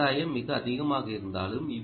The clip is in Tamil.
ஆதாயம் மிக அதிகமாக இருந்தாலும்